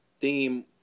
Theme